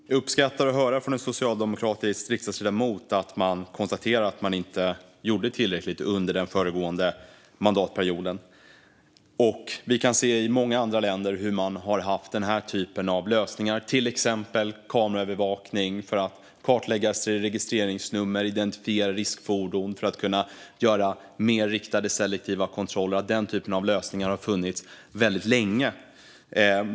Herr talman! Jag uppskattar att höra från en socialdemokratisk riksdagsledamot att man konstaterar att man inte gjorde tillräckligt under den föregående mandatperioden. Många andra länder har haft den här typen av lösningar, till exempel kameraövervakning för att kartlägga registreringsnummer och identifiera riskfordon för att kunna göra mer riktade, selektiva kontroller. Den typen av lösningar har funnits väldigt länge.